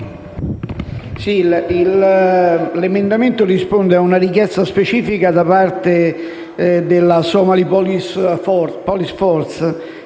L'emendamento risponde a una richiesta specifica da parte della Somali Police Force